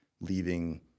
leaving